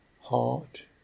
heart